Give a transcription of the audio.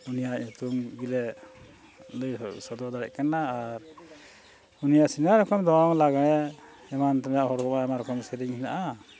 ᱩᱱᱤᱭᱟᱜ ᱧᱩᱛᱩᱢ ᱜᱮᱞᱮ ᱞᱟᱹᱭ ᱥᱚᱫᱚᱨ ᱫᱟᱲᱮᱭᱟᱜ ᱠᱟᱱᱟ ᱟᱨ ᱩᱱᱤᱭᱟᱜ ᱥᱮᱨᱮᱧ ᱨᱚᱠᱚᱢ ᱫᱚᱝ ᱞᱟᱜᱽᱬᱮ ᱮᱢᱟᱱ ᱛᱮᱭᱟᱜ ᱦᱚᱲ ᱠᱚ ᱟᱭᱢᱟ ᱨᱚᱠᱚᱢ ᱥᱮᱨᱮᱧ ᱦᱮᱱᱟᱜᱼᱟ